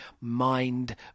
mind